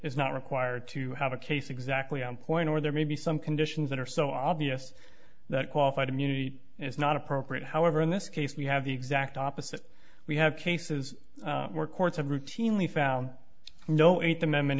is not required to have a case exactly on point or there may be some conditions that are so obvious that qualified immunity is not appropriate however in this case we have the exact opposite we have cases were courts have routinely found no eighth amendment